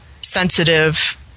sensitive